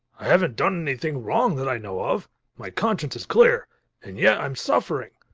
i haven't done anything wrong that i know of my conscience is clear and yet, i'm suffering.